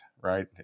right